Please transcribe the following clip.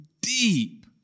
deep